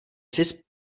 sis